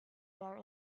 there